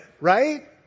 right